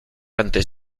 antes